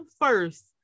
first